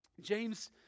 James